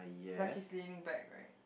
like he's leaning back right